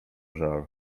żal